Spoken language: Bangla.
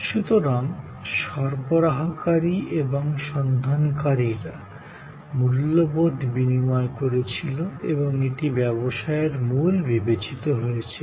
সুতরাং সরবরাহকারী এবং সন্ধানকারীরা মূল্যবোধ বিনিময় করেছিল এবং এটি ব্যবসায়ের মূল বিবেচিত হয়েছিল